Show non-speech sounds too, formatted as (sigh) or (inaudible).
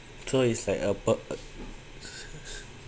so it's like a park (noise)